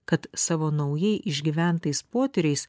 kad savo naujai išgyventais potyriais